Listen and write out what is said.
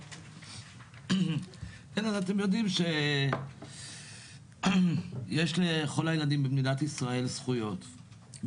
אז אתם יודעים שיש לכל הילדים במדינת ישראל זכויות,